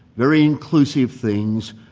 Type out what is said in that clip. very inclusive things,